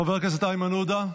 חבר הכנסת איימן עודה,